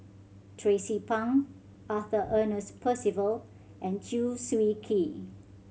Tracie Pang Arthur Ernest Percival and Chew Swee Kee